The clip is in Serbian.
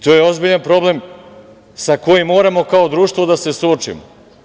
To je ozbiljan problem sa kojim moramo kao društvo da se suočimo.